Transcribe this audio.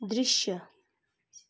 दृश्य